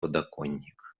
подоконник